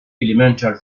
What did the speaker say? elemental